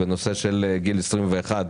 בנושא של גיל 21,